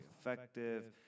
effective